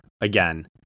again